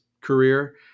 career